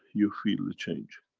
you feel the change.